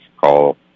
call